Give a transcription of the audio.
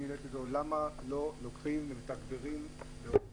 אני שאלתי אותו למה לא מתגברים באוטובוסים,